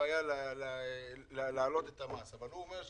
אולי